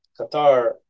Qatar